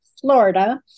Florida